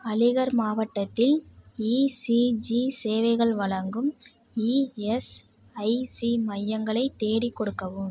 அலிகர் மாவட்டத்தில் இசிஜி சேவைகள் வழங்கும் இஎஸ்ஐசி மையங்களைத் தேடிக் கொடுக்கவும்